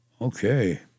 Okay